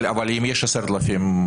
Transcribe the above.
אבל אם יש 10,000?